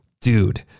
dude